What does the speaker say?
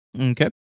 okay